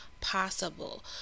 possible